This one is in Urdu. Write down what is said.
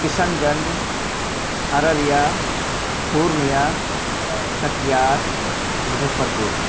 کشن گنج ارریہ پورنیہ کٹیہار مظفرپور